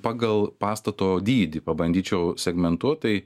pagal pastato dydį pabandyčiau segmentuot tai